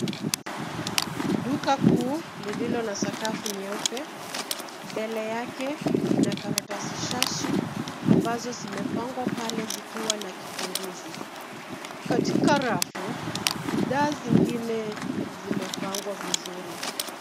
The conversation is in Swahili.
Duka kuu lililo na sakafu nyeupe, mbele yake mna karatasi sashi ambazo zimepangwa pale zikiwa na kipunguzi. Katika rafu bidhaa zingine zimepangwa vizuri.